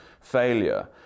failure